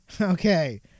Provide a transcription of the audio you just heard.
Okay